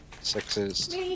sixes